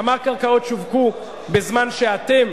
כמה קרקעות שווקו בזמן שאתם